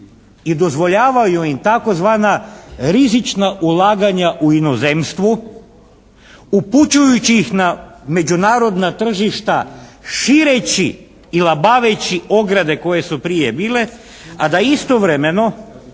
i dozvoljavamo im tzv. rizična ulaganja u inozemstvu, upućujući ih na međunarodna tržišta šireći i labaveći ograde koje su prije bila, a da istovremeno